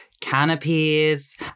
canopies